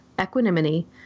equanimity